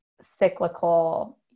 cyclical